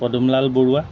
Padumlal Barua